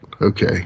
Okay